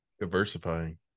diversifying